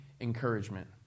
encouragement